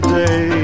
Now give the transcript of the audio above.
day